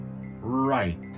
Right